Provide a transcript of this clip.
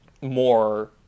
more